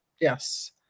yes